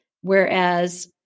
whereas